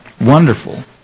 Wonderful